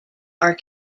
are